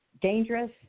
dangerous